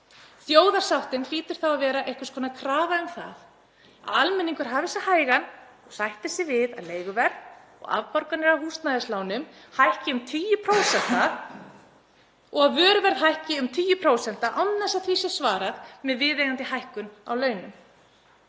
Þjóðarsáttin hlýtur þá að vera einhvers konar krafa um það að almenningur hafa sig hægan og sætti sig við að leiguverð og afborganir af húsnæðislánum hækki um tugi prósentna og að vöruverð hækki um 10% án þess að því sé svarað með viðeigandi hækkun á launum.